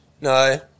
No